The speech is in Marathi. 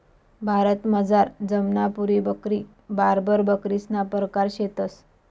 भारतमझार जमनापुरी बकरी, बार्बर बकरीसना परकार शेतंस